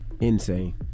Insane